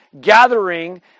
gathering